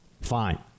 fine